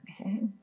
Okay